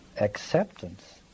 acceptance